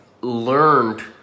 learned